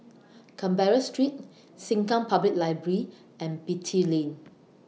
Canberra Street Sengkang Public Library and Beatty Lane